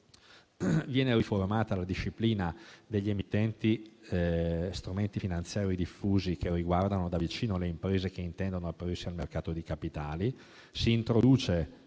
Viene riformata la disciplina degli emittenti strumenti finanziari diffusi che riguardano da vicino le imprese che intendono aprirsi al mercato di capitali.